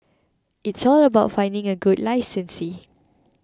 it's all about finding a good licensee